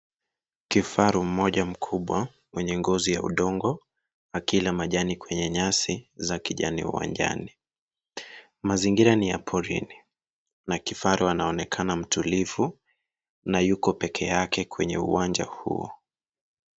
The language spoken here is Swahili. Kifaru mmoja mkubwa mwenye ngozi ya udongo akila majani kwenye nyasi za kijani uwanjani mazingira ni ya porini na kifaru anaonekana mtulivu na yuko peke yake kwenye uwanja huu.